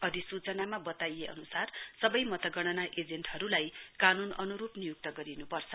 अधिसूचनामा बताइए अनुसार सबै मतगणना एजेन्टहरुलाई कानून अनुरुप नियुक्त गरिनुपर्छ